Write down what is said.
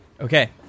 Okay